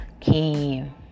came